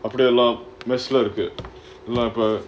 அப்டியெல்லாம்:apdiyellaam bachelor